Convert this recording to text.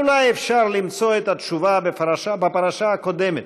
אבל אולי אפשר למצוא את התשובה בפרשה הקודמת,